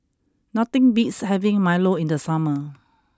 nothing beats having Milo in the summer